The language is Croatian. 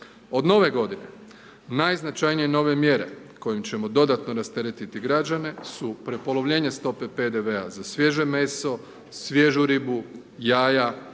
Od nove godine najznačajnije nove mjere kojim ćemo dodatno rasteretiti građane su prepolovljenje stope PDV-a za svježe meso, svježu ribu, jaja,